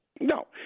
No